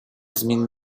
змін